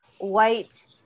White